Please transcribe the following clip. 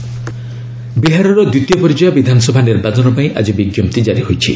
Bihar election ବିହାରର ଦ୍ୱିତୀୟ ପର୍ଯ୍ୟାୟ ବିଧାନସଭା ନିର୍ବାଚନ ପାଇଁ ଆଜି ବିଜ୍ଞପ୍ତି ଜାରି ହୋଇଛି